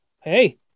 hey